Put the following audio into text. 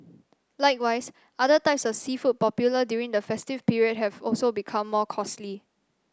likewise other types of seafood popular during the festive period have also become more costly